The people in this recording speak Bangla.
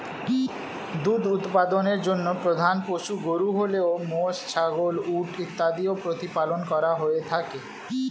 দুধ উৎপাদনের জন্য প্রধান পশু গরু হলেও মোষ, ছাগল, উট ইত্যাদিও প্রতিপালন করা হয়ে থাকে